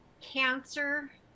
cancer